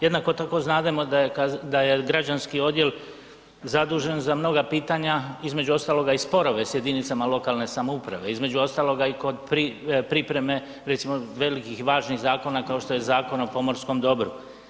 Jednako tako, znademo da je građanski odjel zadužen za mnoga pitanja, između ostaloga i sporove s jedinicama lokalne samouprave, između ostalog i kod pripreme recimo, velikih važnih zakona, kao što je Zakon o pomorskom dobru.